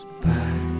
back